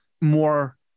more